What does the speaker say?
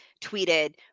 tweeted